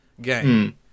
game